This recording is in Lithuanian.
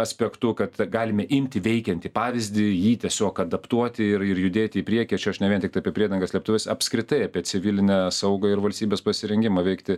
aspektu kad galime imti veikiantį pavyzdį jį tiesiog adaptuoti ir ir judėti į priekį čia aš ne vien tiktai apie priedangas slėptuves apskritai apie civilinę saugą ir valstybės pasirengimą veikti